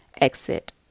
exit